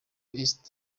east